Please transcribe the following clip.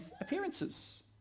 appearances